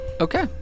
okay